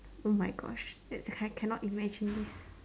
oh my gosh that's I cannot imagine this